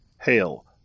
Hail